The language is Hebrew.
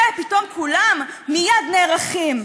לזה פתאום כולם מייד נערכים.